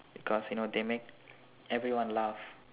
because you know they make everyone laugh